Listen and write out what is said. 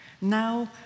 Now